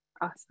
Awesome